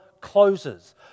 closes